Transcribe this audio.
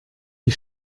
die